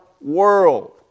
world